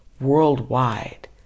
worldwide